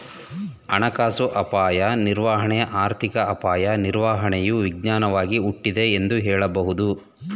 ಹಣಕಾಸು ಅಪಾಯ ನಿರ್ವಹಣೆ ಆರ್ಥಿಕ ಅಪಾಯ ನಿರ್ವಹಣೆಯು ವಿಜ್ಞಾನವಾಗಿ ಹುಟ್ಟಿದೆ ಎಂದು ಹೇಳಬಹುದು